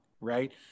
right